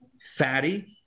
fatty